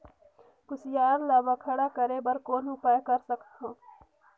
कुसियार ल बड़खा करे बर कौन उपाय कर सकथव?